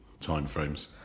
timeframes